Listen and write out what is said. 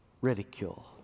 ridicule